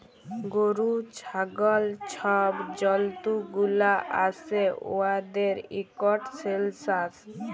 গরু, ছাগল ছব জল্তুগুলা আসে উয়াদের ইকট সেলসাস